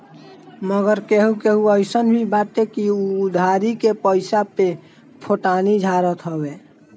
मगर केहू केहू अइसन भी बाटे की उ उधारी के पईसा पे फोटानी झारत हवे